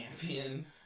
Champion